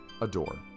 Adore